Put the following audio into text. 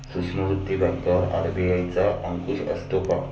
सूक्ष्म वित्त बँकेवर आर.बी.आय चा अंकुश असतो का?